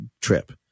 trip